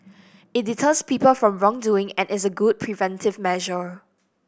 it deters people from wrongdoing and is a good preventive measure